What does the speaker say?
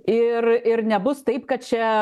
ir ir nebus taip kad čia